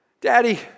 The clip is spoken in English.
Daddy